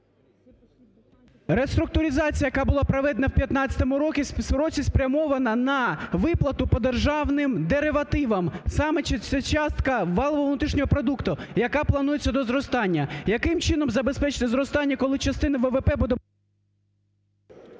Реструктуризація, яка була проведена в 15-му році, спрямована на виплату по державним деривативам, саме ця частка валового внутрішнього продукту, яка планується до зростання. Яким чином забезпечується зростання, коли частина ВВП буде…